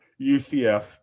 UCF